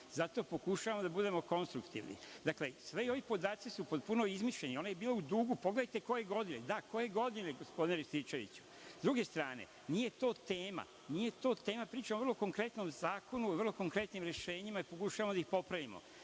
zato pokušavamo da budemo konstruktivni. Dakle, svi podaci su potpuno izmišljeni, onaj je bio u dugu, pogledajte koje godine. Da, koje godine, gospodine Rističeviću?S druge strane, nije to tema, pričam vrlo konkretno o zakonu, vrlo konkretnim rešenjima, pokušavam da ih popravimo.